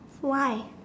why